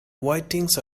whitings